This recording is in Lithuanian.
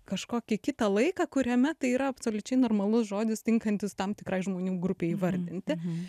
kažkokį kitą laiką kuriame tai yra absoliučiai normalus žodis tinkantis tam tikrai žmonių grupei įvardinti